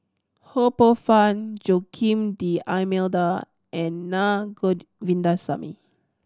Ho Poh Fun Joaquim D'Almeida and Na Govindasamy